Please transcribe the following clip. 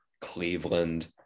Cleveland